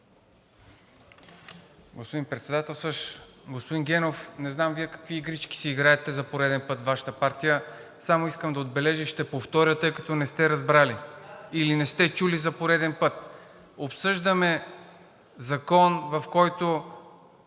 Господин Председателстващ! Господин Генов, не знам Вие какви игрички си играете – за пореден път, Вашата партия, само искам да отбележа и ще повторя, тъй като не сте разбрали или не сте чули за пореден път. Обсъждаме Закон, в който